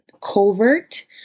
covert